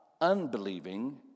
unbelieving